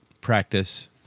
practice